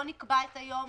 לא נקבע את היום.